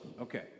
Okay